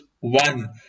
one